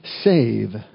save